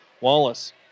Wallace